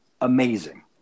amazing